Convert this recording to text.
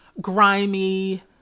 grimy